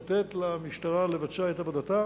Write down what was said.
לתת למשטרה לבצע את עבודתה